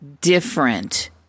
different